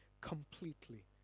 completely